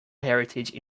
heritage